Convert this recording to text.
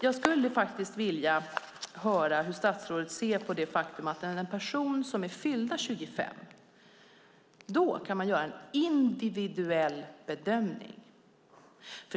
Jag skulle vilja höra hur statsrådet ser på det faktum att för en person som är fyllda 25 kan man göra en individuell bedömning men inte annars.